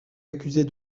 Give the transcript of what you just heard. accuser